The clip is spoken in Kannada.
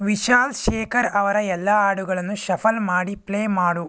ವಿಶಾಲ್ ಶೇಖರ್ ಅವರ ಎಲ್ಲ ಹಾಡುಗಳನ್ನು ಶಫಲ್ ಮಾಡಿ ಪ್ಲೇ ಮಾಡು